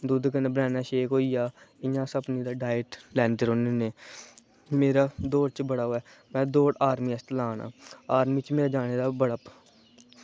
दुद्ध कन्नै banana shake होइया ते पूरी डाईट लैंदे रौह्ने होने मेरा दौड़ च बड़ा ओह् ऐ में दौड़ आर्मी आस्तै ला ना आर्मी च बी मेरा जाने दा बड़ा